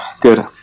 Good